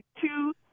two